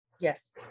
Yes